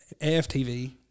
AFTV